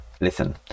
listen